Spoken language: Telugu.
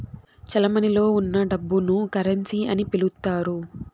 చెలమణిలో ఉన్న డబ్బును కరెన్సీ అని పిలుత్తారు